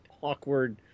awkward